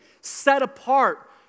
set-apart